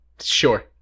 Sure